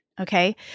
okay